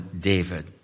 David